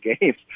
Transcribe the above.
games